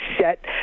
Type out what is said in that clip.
set